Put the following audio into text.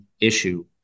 issue